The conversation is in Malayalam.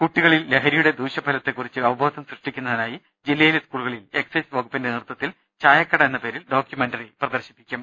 കുട്ടിക ളിൽ ലഹരിയുടെ ദൂഷ്യഫലത്തെക്കുറിച്ച് അവബോധം സൃഷ്ടിക്കു ന്നതിനായി ജില്ലയിലെ സ്കൂളുകളിൽ എക്സൈസ് വകുപ്പിന്റെ നേതൃ ത്വത്തിൽ ചായക്കട എന്ന പേരിൽ ഡോക്യുമെന്ററി പ്രദർശിപ്പിക്കും